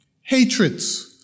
hatreds